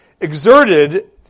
exerted